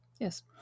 Yes